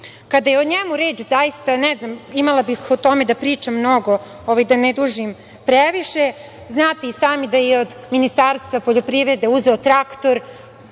je o njemu reč imala bih o tome da pričam mnogo. Da ne dužim previše. Znate i sami da je od Ministarstva poljoprivrede uzeo traktor